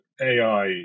AI